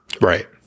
Right